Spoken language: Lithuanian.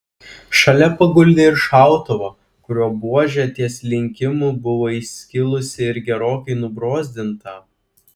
šalia paguldė ir šautuvą kurio buožė ties linkimu buvo įskilusi ir gerokai nubrozdinta